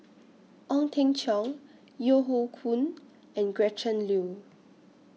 Ong Teng Cheong Yeo Hoe Koon and Gretchen Liu